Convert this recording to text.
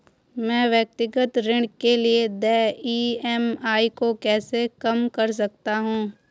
मैं व्यक्तिगत ऋण के लिए देय ई.एम.आई को कैसे कम कर सकता हूँ?